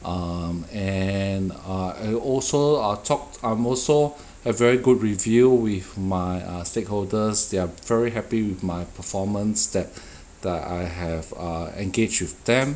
um and uh and also our top~ I'm also a very good review with my err stakeholders they're very happy with my performance that err I have err engage with them